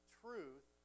truth